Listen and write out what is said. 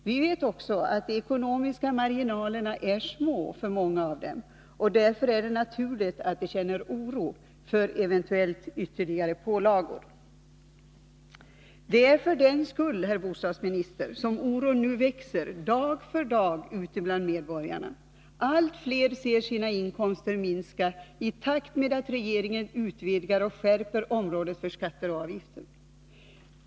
Vi vet också att de ekonomiska marginalerna är små för många av dem, och därför är det naturligt att de känner oro för eventuellt ytterligare pålagor. Det är för den skull, herr bostadsminister, som oron nu växer dag för dag ute bland medborgarna. Allt flera ser sina inkomster minska i takt med att regeringen utvidgar och skärper området för skatter och avgifter.